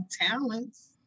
talents